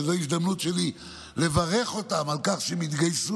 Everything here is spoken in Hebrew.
שזו ההזדמנות שלי לברך אותם על כך שהם התגייסו